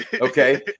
Okay